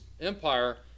empire